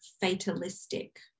fatalistic